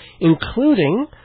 including